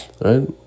Right